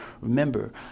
remember